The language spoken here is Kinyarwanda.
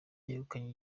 yegukanye